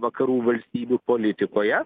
vakarų valstybių politikoje